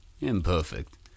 imperfect